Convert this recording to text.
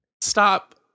stop